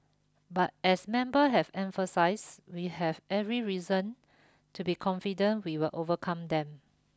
but as member have emphasized we have every reason to be confident we will overcome them